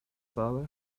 father